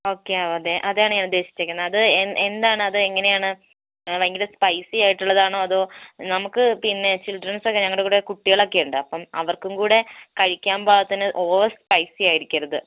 okay അതെ അതാണ് ഞാനുദ്ദേശിച്ചേക്കുന്നത് അത് എന്താണ് അതെങ്ങനെയാണ് ഭയങ്കര സ്പൈസി ആയിട്ടുള്ളതാണോ അതോ നമുക്ക് പിന്നെ ചിൽഡ്രൻസ് ഒക്കെ ഞങ്ങളുടെ കൂടെ കുട്ടികളൊക്കെയുണ്ട് അപ്പം അവർക്കും കൂടെ കഴിക്കാൻ പാകത്തിന് ഓവർ സ്പൈസി ആയിരിക്കരുത്